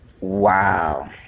Wow